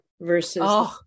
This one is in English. versus